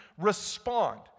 respond